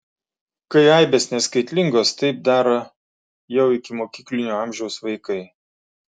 kai aibės neskaitlingos taip daro jau ikimokyklinio amžiaus vaikai